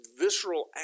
visceral